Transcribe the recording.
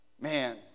Man